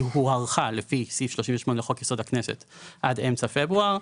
הוארכה לפי סעיף 38 לחוק יסוד הכנסת עד אמצע פברואר.